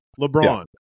LeBron